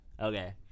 okay